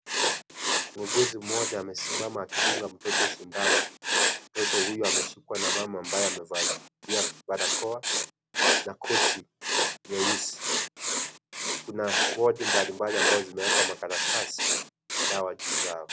Muuguzi mmoja amesimama akindunga mtoto shindano, mtoto huyu ameshikwa na mama ambaye amevalia barakoa, na koti nyeusi, kuna wodi mbali mbali ambayo zimeekwa makaratasi na dawa juu zao.